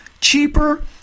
cheaper